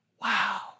wow